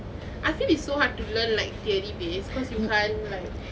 I feel it's so hard to learn like theory based because you can't like